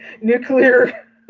nuclear